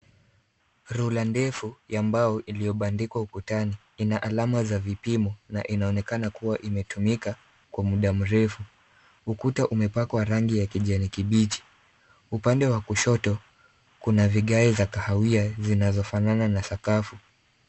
Ruler ndefu ya mbao iliyobandikwa ukutani. Ina alama za vipimo na inaonekana kuwa imetumika kwa mda mrefu. Ukuta umepakwa rangi ya kijani kibichi. Upande wa kushoto, kuna vigae za kahawia zinazofanana na sakafu.